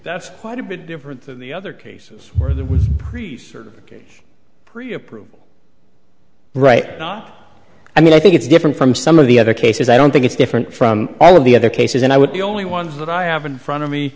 that's quite a bit different than the other cases where there would preserve a gauge pre approval right not i mean i think it's different from some of the other cases i don't think it's different from all of the other cases and i would only ones that i have in front of me